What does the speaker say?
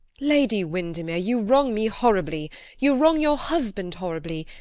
lady windermere, you wrong me horribly you wrong your husband horribly.